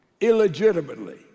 illegitimately